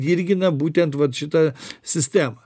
dirgina būtent vat šitą sistemą